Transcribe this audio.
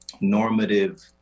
normative